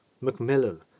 macmillan